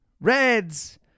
Reds